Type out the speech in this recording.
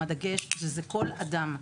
עם הדגש שזה כל אדם.